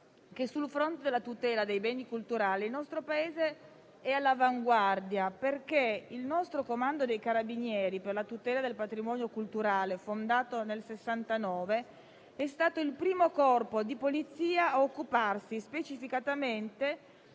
il nostro Paese è all'avanguardia perché il Comando dei carabinieri per la tutela del patrimonio culturale, fondato nel 1969, è stato il primo Corpo di polizia ad occuparsi specificatamente